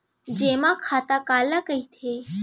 जेमा खाता काला कहिथे?